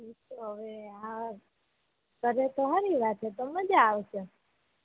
ઈતો હવે હા કરે તો હારી વાત હે તો મજા આવશે